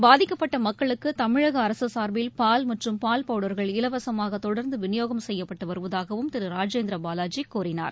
பாதிக்கப்பட்டமக்களுக்குதமிழகஅரசுசார்பில் மற்றும் பால் பவுடர்கள் இலவசமாகதொடர்ந்துவிநியோகம் செய்யப்பட்டுவருவதாகவும் திருராஜேந்திரபாலாஜிகூறினார்